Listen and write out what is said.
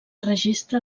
registra